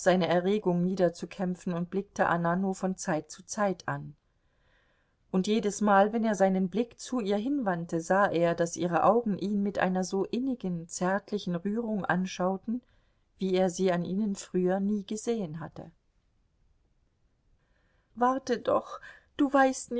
seine erregung niederzukämpfen und blickte anna nur von zeit zu zeit an und jedesmal wenn er seinen blick zu ihr hinwandte sah er daß ihre augen ihn mit einer so innigen zärtlichen rührung anschauten wie er sie an ihnen früher nie gesehen hatte warte doch du weißt